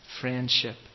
Friendship